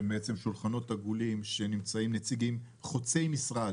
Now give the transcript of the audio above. שהם בעצם שולחנות עגולים שנמצאים נציגים חוצה משרד